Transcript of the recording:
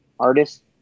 Artist